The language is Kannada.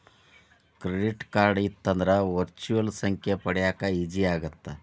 ಕ್ರೆಡಿಟ್ ಕಾರ್ಡ್ ಇತ್ತಂದ್ರ ವರ್ಚುಯಲ್ ಸಂಖ್ಯೆ ಪಡ್ಯಾಕ ಈಜಿ ಆಗತ್ತ?